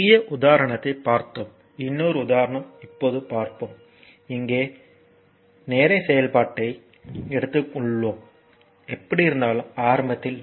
சிறிய உதாரணத்தை பார்த்தோம் இன்னொரு உதாரணம் இப்போது பார்ப்போம் இங்கே நேர செயல்பாட்டை எடுத்து உள்ளோம் எப்படியிருந்தாலும் ஆரம்பத்தில் D